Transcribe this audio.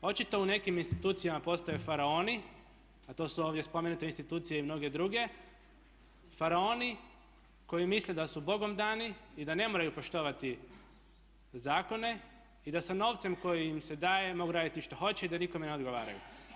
Očito u nekim institucijama postoje faraoni, a to su ovdje spomenute institucije i mnoge druge, faraoni koji misle da su bogom dani i da ne moraju poštovati zakone i da sa novcem koji im se daje mogu raditi što hoće i da nikome ne odgovaraju.